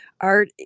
art